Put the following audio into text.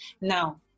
Now